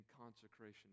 consecration